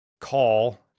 call